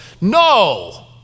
No